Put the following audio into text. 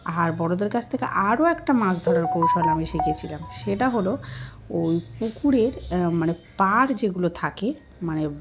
আর বড়োদের কাছ থেকে আরও একটা মাছ ধরার কৌশল আমি শিখেছিলাম সেটা হলো ওই পুকুরের মানে পা যেগুলো থাকে মানে